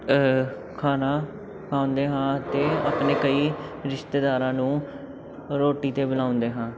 ਖਾਣਾ ਖਾਂਦੇ ਹਾਂ ਅਤੇ ਆਪਣੇ ਕਈ ਰਿਸ਼ਤੇਦਾਰਾਂ ਨੂੰ ਰੋਟੀ 'ਤੇ ਬੁਲਾਉਂਦੇ ਹਾਂ